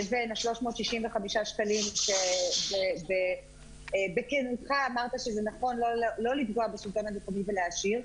לבין 365 שקלים שבכנות אמרת שזה נכון לא לפגוע בשלטון המקומי ולהשאיר,